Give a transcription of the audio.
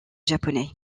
japonais